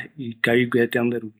aiko aikaturegua